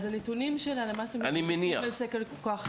הנתונים של הלמ״ס מבוססים על סקר כוח אדם.